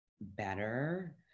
better